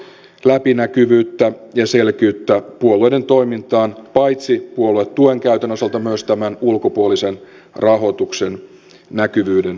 ne ovat tuoneet läpinäkyvyyttä ja selkeyttä puolueiden toimintaan paitsi puoluetuen käytön osalta myös tämän ulkopuolisen rahoituksen näkyvyyden osalta